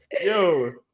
Yo